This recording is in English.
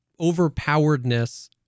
overpoweredness